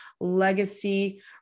legacy